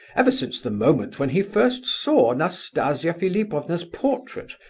ever since the moment when he first saw nastasia philipovna's portrait,